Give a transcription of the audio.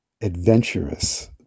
adventurous